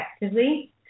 effectively